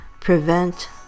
prevent